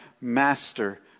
master